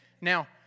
Now